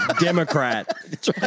Democrat